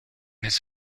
his